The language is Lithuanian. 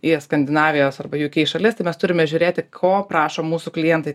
į skandinavijos arba uk šalis tai mes turime žiūrėti ko prašo mūsų klientai